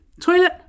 Toilet